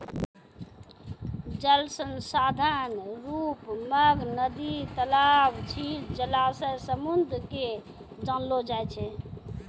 जल संसाधन रुप मग नदी, तलाब, झील, जलासय, समुन्द के जानलो जाय छै